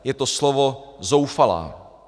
Je to slovo zoufalá.